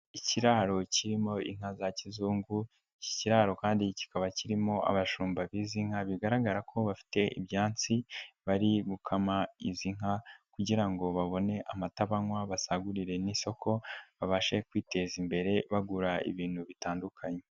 Ikiraro kirimo inka za kizungu, iki kiraro kandi kikaba kirimo abashumba bizi nka, bigaragara ko bafite ibyansi bari gukama izi nka kugira ngo babone amata banywa basagurire n'isoko, babashe kwiteza imbere bagura ibintu bitandukanye.